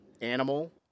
animal